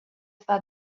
far